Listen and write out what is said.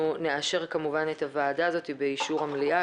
אנחנו נאשר את הוועדה באישור המליאה.